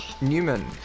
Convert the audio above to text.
newman